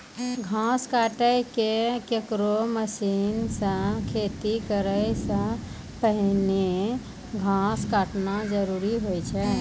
घास काटै केरो मसीन सें खेती करै सें पहिने घास काटना जरूरी होय छै?